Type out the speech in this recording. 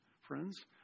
friends